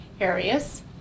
areas